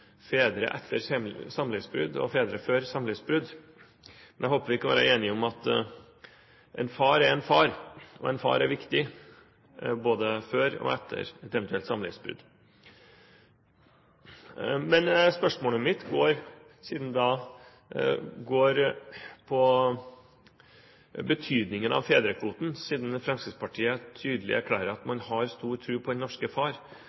fedre etter samlivsbrudd og fedre før samlivsbrudd. Men jeg håper vi kan være enige om at en far er en far, og en far er viktig – både før og etter et eventuelt samlivsbrudd. Men spørsmålet mitt går på betydningen av fedrekvoten. Siden Fremskrittspartiet tydelig erklærer at de har stor tro på den norske far,